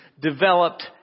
developed